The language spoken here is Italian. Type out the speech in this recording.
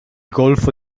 golfo